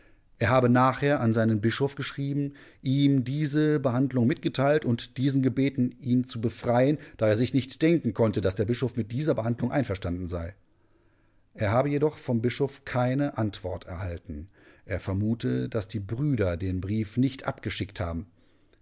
er habe nachher an seinen bischof geschrieben ihm diese behandlung mitgeteilt und diesen gebeten ihn zu befreien da er sich nicht denken konnte daß der bischof mit dieser behandlung einverstanden sei er habe jedoch vom bischof keine antwort erhalten er vermute daß die brüder den brief nicht abgeschickt haben